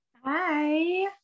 Hi